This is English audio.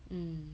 mm